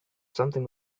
something